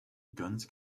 guns